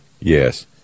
Yes